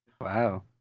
Wow